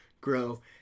grow